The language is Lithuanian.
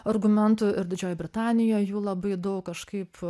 argumentų ir didžiojoj britanijoj jų labai daug kažkaip